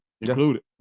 included